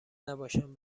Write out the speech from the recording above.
نباشند